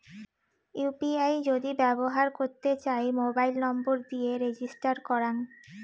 UPI যদি ব্যবহর করতে চাই, মোবাইল নম্বর দিয়ে রেজিস্টার করাং